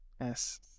Yes